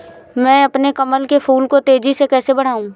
मैं अपने कमल के फूल को तेजी से कैसे बढाऊं?